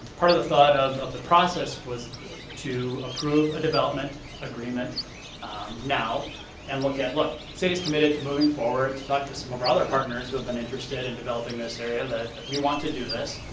part of the thought of of the process was to approve a development agreement now and look at, look, cities committed to moving forward, to talk to some of our other partners who've been interested in developing this area, that we want to do this,